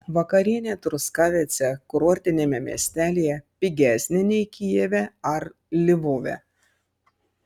vakarienė truskavece kurortiniame miestelyje pigesnė nei kijeve ar lvove